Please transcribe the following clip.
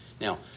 Now